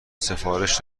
سفارش